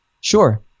sure